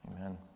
Amen